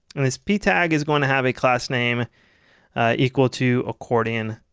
and this p tag is going to have a class name equal to accordion